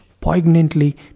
poignantly